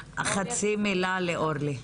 חצי מילה לאורלי.